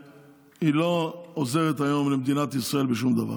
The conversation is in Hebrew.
שלא עוזרת היום למדינת ישראל בשום דבר,